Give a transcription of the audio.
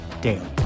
daily